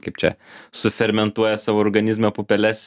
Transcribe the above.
kaip čia sufermentuoja savo organizme pupeles